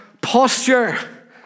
posture